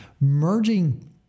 merging